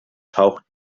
taucht